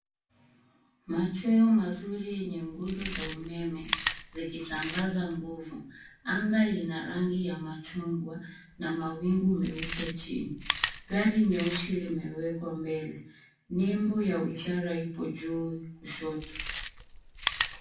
Machweo mazuri yenye nguzo za umeme zikisambaza nguvu. Anga lina rangi ya machungwa na mawingu meupe chini. Gari nyeusi limewekwa mbele. Nembo ya wizara ipo juu kushoto.